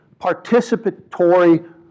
participatory